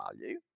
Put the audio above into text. value